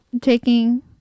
taking